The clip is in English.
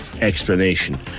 explanation